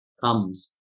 comes